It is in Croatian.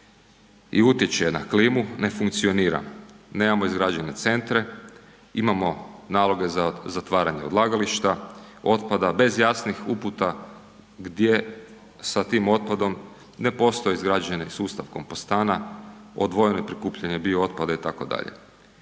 i utječe na klimu, ne funkcionira. Nemamo izrađene centre, imamo naloge za zatvaranje odlagališta, otpada, bez jasnih uputa gdje sa tim otpadom, ne postoji izgrađeni sustav kompostana, odvojeno prikupljanje biootpada itd.